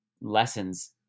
lessons